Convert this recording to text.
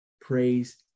Praise